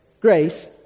grace